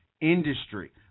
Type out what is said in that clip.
Industry